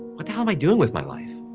what the hell am i doing with my life?